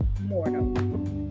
mortal